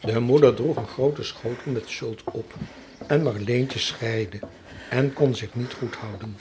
de moeder droeg een grooten schotel met zult op en marleentje schreide en kon zich niet goed houden